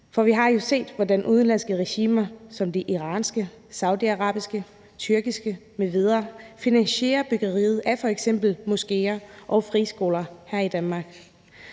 For vi har jo set, hvordan udenlandske regimer som det iranske, saudiarabiske, tyrkiske m.v. finansierer byggeriet af f.eks. moskéer og friskoler her i Danmark.